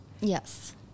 Yes